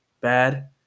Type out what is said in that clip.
bad